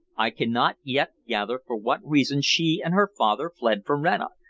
i cannot yet gather for what reason she and her father fled from rannoch.